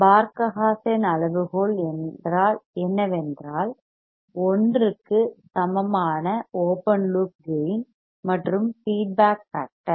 பார்க ha சென் அளவுகோல் என்னவென்றால் 1 க்கு சமமான ஓபன் லூப் கேயின் மற்றும் ஃபீட்பேக் ஃபேக்டர்